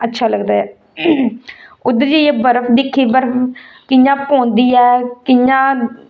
अच्छा लगदा ऐ उद्धर जेइये बर्फ दिक्खी बरफ कि'यां पौंदी ऐ कि'यां